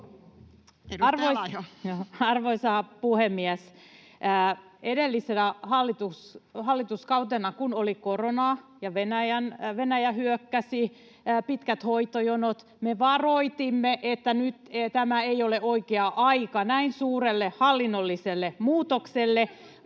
Arvoisa puhemies! Edellisenä hallituskautena, kun oli koronaa ja Venäjä hyökkäsi, oli pitkät hoitojonot. Me varoitimme, että tämä ei ole oikea aika näin suurelle hallinnolliselle muutokselle.